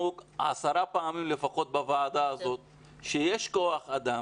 לפחות עשר פעמים בוועדה הזאת שיש כוח אדם